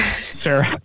Sarah